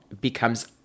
becomes